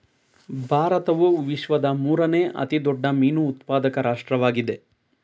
ಭಾರತವು ವಿಶ್ವದ ಮೂರನೇ ಅತಿ ದೊಡ್ಡ ಮೀನು ಉತ್ಪಾದಕ ರಾಷ್ಟ್ರವಾಗಿದೆ